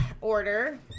order